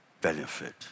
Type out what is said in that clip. benefit